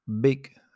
Big